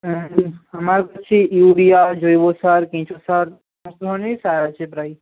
হ্যাঁ আমার কাছে ইউরিয়া জৈব সার কেঁচো সার ধরনেরই সার আছে প্রায়